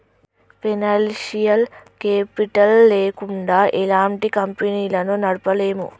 financial capital లేకుండా ఎలాంటి కంపెనీలను నడపలేము